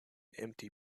empty